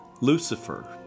Lucifer